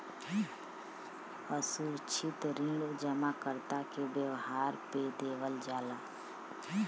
असुरक्षित ऋण जमाकर्ता के व्यवहार पे देवल जाला